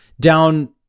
down